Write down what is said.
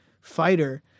fighter